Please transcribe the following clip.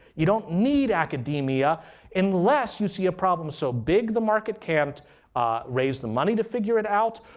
you don't need academia unless you see a problem so big the market can't raise the money to figure it out.